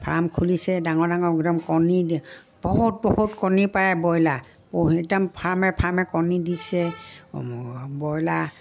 farm খুলিছে ডাঙৰ ডাঙৰ একদম কণী দি বহুত বহুত কণী পাৰে ব্ৰইলাৰ একদম ফাৰ্মে ফাৰ্মে কণী দিছে ব্ৰইলাৰ